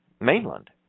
mainland